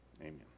Amen